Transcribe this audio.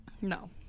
no